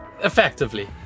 Effectively